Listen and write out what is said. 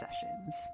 sessions